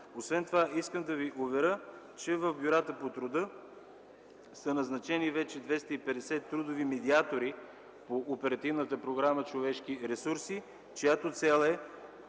Освен това искам да ви уверя, че в бюрата по труда са назначени вече 250 трудови медиатори по Оперативната програма „Човешки ресурси”, чиято цел е